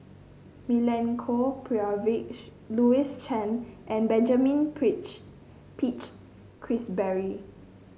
Milenko Prvacki Louis Chen and Benjamin Peach Keasberry